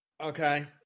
okay